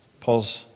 Paul's